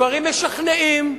דברים משכנעים,